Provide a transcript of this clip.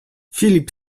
filip